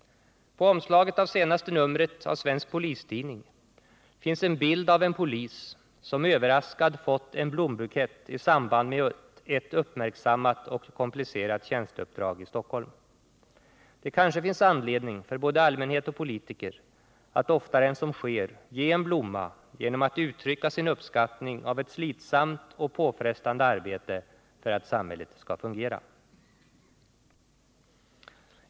På omslaget av senaste numret av Svensk Polistidning finns en bild av en polis som överraskad fått en blombukett i samband med ett uppmärksammat och komplicerat tjänsteuppdrag i Stockholm. Det kanske finns anledning för både allmänhet och politiker att oftare än som sker ge en blomma genom att uttrycka sin uppskattning av ett slitsamt och påfrestande arbete för att samhället skall fungera.